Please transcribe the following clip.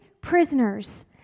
prisoners